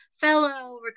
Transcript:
fellow